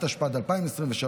התשפ"ד 2023,